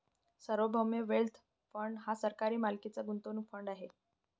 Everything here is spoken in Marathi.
सार्वभौम वेल्थ फंड हा सरकारी मालकीचा गुंतवणूक फंड आहे